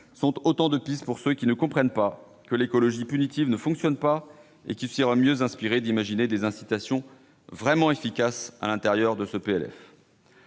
sont autant de pistes pour ceux qui ne comprennent pas que l'écologie punitive ne fonctionne pas et qui seraient mieux inspirés d'imaginer des incitations vraiment efficaces au sein de ce